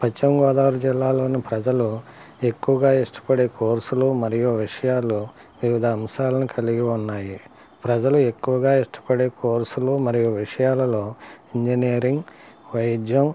పశ్చిమ గోదావరి జిల్లాలోని ప్రజలు ఎక్కువగా ఇష్టపడే కోర్సులు మరియు విషయాలు వివిధ అంశాలను కలిగి ఉన్నాయి ప్రజలు ఎక్కువగా ఇష్టపడే కోర్సులు మరియు విషయాలలో ఇంజనీరింగ్ వైద్యం